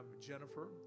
Jennifer